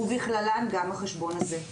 ובכללן גם החשבון הזה.